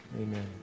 Amen